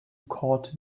court